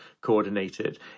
coordinated